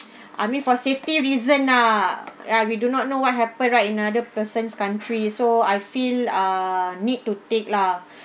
I mean for safety reason ah ah we do not know what happen right in another person's country so I feel ah need to take lah